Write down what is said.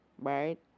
right